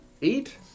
Eat